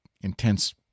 intense